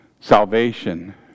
salvation